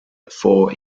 four